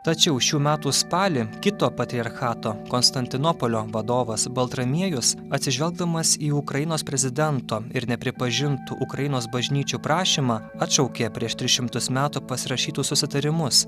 tačiau šių metų spalį kito patriarchato konstantinopolio vadovas baltramiejus atsižvelgdamas į ukrainos prezidento ir nepripažintų ukrainos bažnyčių prašymą atšaukė prieš tris šimtus metų pasirašytus susitarimus